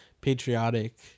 patriotic